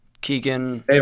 Keegan